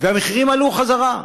והמחירים עלו בחזרה.